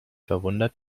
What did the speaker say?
verwundert